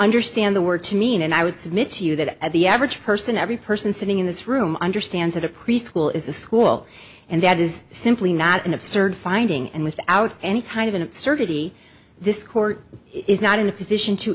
understand the word to mean and i would submit to you that the average person every person sitting in this room understands that a preschool is a school and that is simply not an absurd finding and without any kind of an absurdity this court is not in a position to